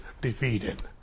defeated